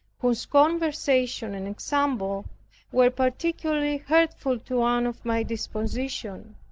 whose conversation and example were particularly hurtful to one of my disposition.